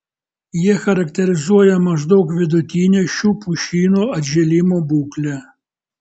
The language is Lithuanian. jie charakterizuoja maždaug vidutinę šių pušynų atžėlimo būklę